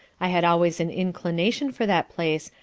i had always an inclination for that place,